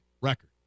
record